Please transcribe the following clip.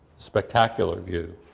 spectacular view.